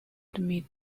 admit